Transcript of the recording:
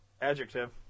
Adjective